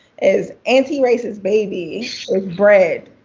is antiracist baby is bred,